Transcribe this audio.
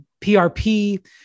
PRP